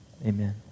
amen